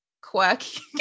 quirky